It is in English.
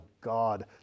God